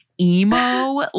emo